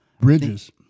Bridges